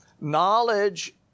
Knowledge